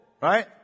right